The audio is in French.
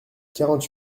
quarante